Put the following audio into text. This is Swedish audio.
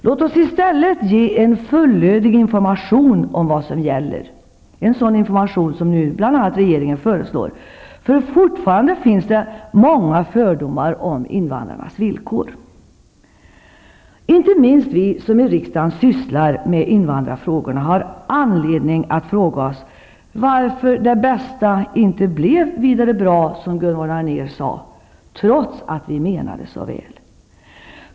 Låt oss i stället ge en fullödig information om vad som gäller. Det är en sådan information som bl.a. regeringen nu föreslår. Fortfarande finns det många fördomar om invandrarnas villkor. Inte minst vi som i riksdagen sysslar med invandrarfrågorna har anledning att fråga oss varför det bästa inte blev vidare bra, som Gunvor Arnér sade, trots att vi menade så väl.